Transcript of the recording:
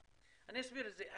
אני אסביר את זה.